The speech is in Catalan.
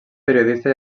periodista